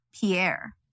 Pierre